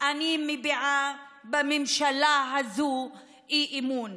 אני מביעה בממשלה הזאת אי-אמון.